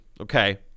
okay